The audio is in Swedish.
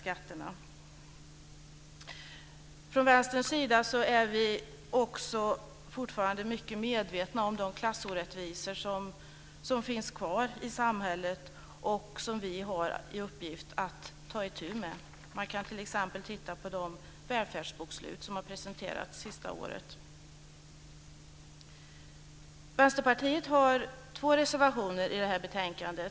Vi från Vänstern är fortfarande mycket medvetna om de klassorättvisor som finns kvar i samhället och som vi har i uppgift att ta itu med. Man kan t.ex. titta på det välfärdsbokslut som har presenterats under det senaste året. Vänsterpartiet har två reservationer i detta betänkande.